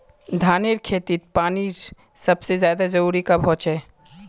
धानेर खेतीत पानीर सबसे ज्यादा जरुरी कब होचे?